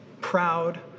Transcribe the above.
proud